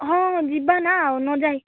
ହଁ ଯିବା ନା ଆଉ ନଯାଇ